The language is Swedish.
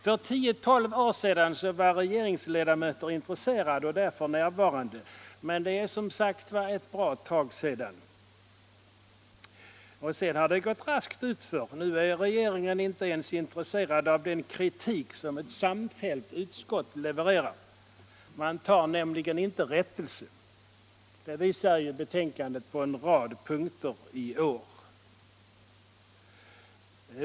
För tio tolv år sedan var regeringsledamöter intresserade och därför närvarande, men det var som sagt ett bra tag s&dan. Därefter har det gått raskt utför. Nu är regeringen inte ens in tresserad av den kritik som ett samfällt utskott levererar. Man tar nämligen inte rättelse — det visar ju betänkandet på en rad punkter i år.